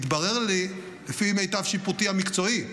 התברר לי, לפי מיטב שיפוטי המקצועי,